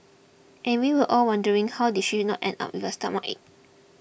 and we were all wondering how did she not end up with a stomachache